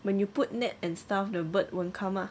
when you put net and stuff the bird won't come lah